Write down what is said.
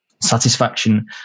satisfaction